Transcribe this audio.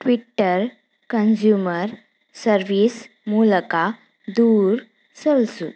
Twitter consumer service ಮೂಲಕ ದೂರು ಸಲ್ಲಿಸು